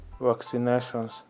vaccinations